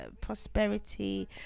prosperity